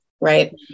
right